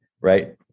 right